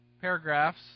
paragraphs